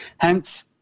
Hence